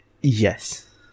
Yes